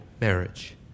marriage